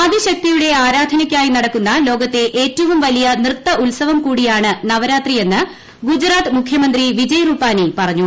ആദി ശക്തിയുടെ ആരാധനയ്ക്കായി നടക്കുന്ന ലോകത്തെ ഏറ്റവും വലിയ നൃത്ത ഉത്സവം കൂടിയാണ് നവരാത്രിയെന്ന് ഗുജറാത്ത് മുഖ്യമന്ത്രി വിജയ് റുപാനി പറഞ്ഞു